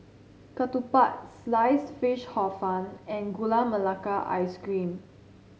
ketupat Sliced Fish Hor Fun and Gula Melaka Ice Cream